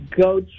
go